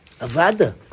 Avada